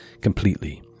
completely